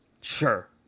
Sure